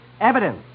evidence